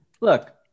Look